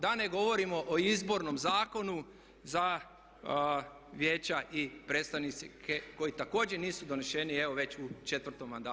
Da ne govorimo o Izbornom zakonu za vijeća i predstavnike koji također nisu doneseni evo već u četvrtom mandatu.